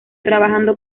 trabajando